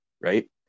right